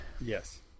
yes